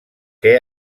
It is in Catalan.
què